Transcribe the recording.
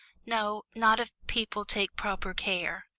no, not if people take proper care.